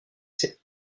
c’est